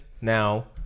Now